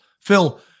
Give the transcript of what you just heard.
Phil